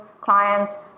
clients